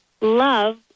love